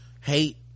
hate